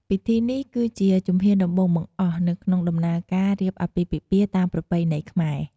ពិធីនេះគឺជាជំហានដំបូងបង្អស់នៅក្នុងដំណើរការរៀបអាពាហ៍ពិពាហ៍តាមប្រពៃណីខ្មែរ ។